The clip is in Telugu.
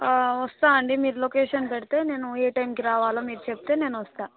వస్తాను అండి మీరు లొకేషన్ పెడితే నేను ఏ టైమ్కి రావాలో మీరు చెప్తే నేను వస్తాను